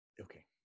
Okay